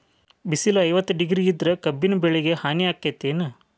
ಬಿಸಿಲ ಐವತ್ತ ಡಿಗ್ರಿ ಇದ್ರ ಕಬ್ಬಿನ ಬೆಳಿಗೆ ಹಾನಿ ಆಕೆತ್ತಿ ಏನ್?